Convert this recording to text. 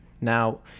Now